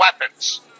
weapons